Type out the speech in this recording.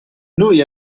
noi